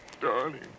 darling